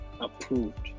approved